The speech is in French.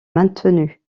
maintenus